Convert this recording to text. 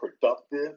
productive